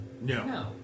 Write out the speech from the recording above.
No